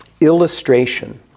illustration